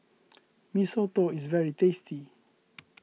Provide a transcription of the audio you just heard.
Mee Soto is very tasty